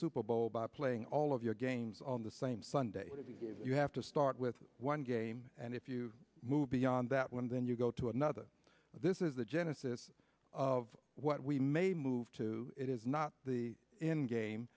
super bowl by playing all of your games on the same sunday you have to start with one game and if you move beyond that one then you go to another this is the genesis of what we may move to it is not the end game